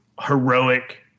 heroic